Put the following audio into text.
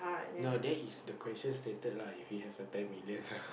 now that is the question stated lah if you have a ten million lah